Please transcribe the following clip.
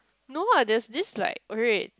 no lah they are this like okay